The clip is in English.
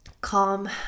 calm